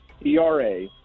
ERA